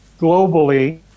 globally